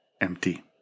empty